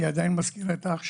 היא עדיין מזכירה את אח שלה,